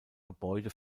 gebäude